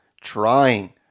trying